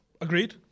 Agreed